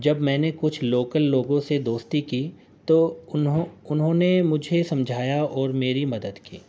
جب میں نے کچھ لوکل لوگوں سے دوستی کی تو انہوں انہوں نے مجھے سمجھایا اور میری مدد کی